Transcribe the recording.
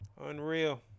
Unreal